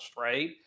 right